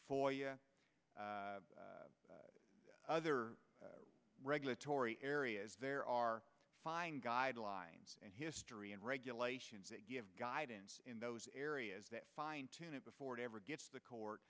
you other regulatory areas there are fine guidelines and history and regulations that give guidance in those areas that fine tune it before it ever gets the court